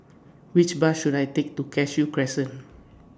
Which Bus should I Take to Cashew Crescent